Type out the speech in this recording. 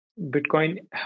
Bitcoin